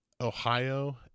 Ohio